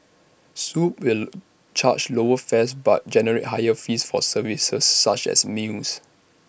swoop will charge lower fares but generate higher fees for services such as meals